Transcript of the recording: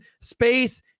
space